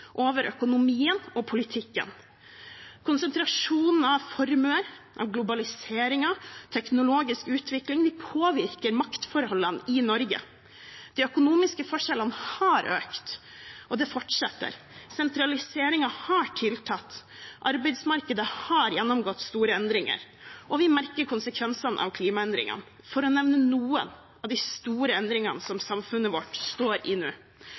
over økonomien og politikken. Konsentrasjonen av formue, globalisering og teknologisk utvikling påvirker maktforholdene i Norge. De økonomiske forskjellene har økt – og det fortsetter. Sentraliseringen har tiltatt, arbeidsmarkedet har gjennomgått store endringer, og vi merker konsekvensene av klimaendringene – for å nevne noen av de store endringene som samfunnet vårt står i nå.